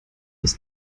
des